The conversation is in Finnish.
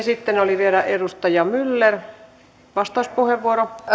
sitten oli vielä edustaja myllerillä vastauspuheenvuoro